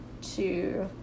two